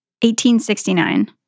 1869